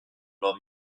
leurs